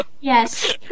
Yes